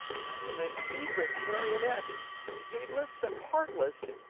i am a heedless marionette heedless and heartless.